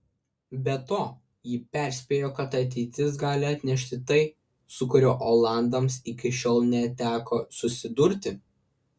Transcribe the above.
be to ji perspėjo kad ateitis gali atnešti tai su kuo olandams iki šiol neteko susidurti